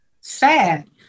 sad